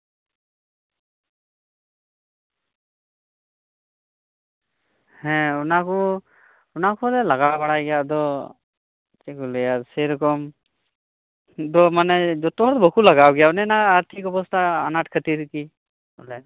ᱦᱮᱸ ᱚᱱᱟᱠᱚ ᱚᱱᱟᱠᱚᱦᱚᱸᱞᱮ ᱞᱟᱜᱟᱣ ᱵᱟᱲᱟᱣᱜᱮᱭᱟ ᱟᱫᱚ ᱪᱮᱫᱠᱮ ᱞᱟᱹᱭᱟ ᱥᱮᱨᱚᱠᱚᱢ ᱫᱚ ᱢᱟᱱᱮ ᱡᱚᱛᱚ ᱦᱚᱲ ᱫᱚ ᱵᱟᱠᱚ ᱞᱟᱜᱟᱣ ᱜᱮᱭᱟ ᱚᱱᱮ ᱚᱱᱟ ᱟᱨᱛᱷᱤᱨᱠ ᱟᱱᱟᱴ ᱠᱷᱟᱹᱛᱤᱨ ᱜᱤ ᱵᱚᱞᱮ